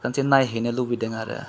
खनसे नायहैनो लुबैदों आरो